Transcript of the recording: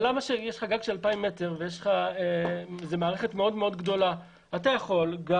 אבל אם יש לך גג של 2,000 וזאת מערכת מאוד גדולה אתה יכול גם